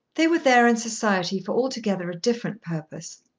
they were there in society for altogether a different purpose.